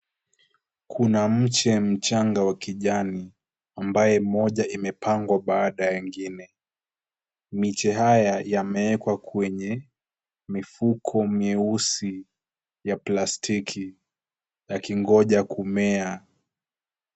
Kuna mche mchanga wa kijani ambaye moja imepangwa baada ya ingine. Miche haya yamewekwa kwenye mifuko mieusi ya plastiki yakingonja kumea.